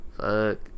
Fuck